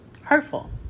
hurtful